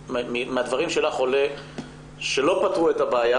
מהדברים שלך עולה שלא פתרו את הבעיה.